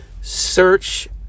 search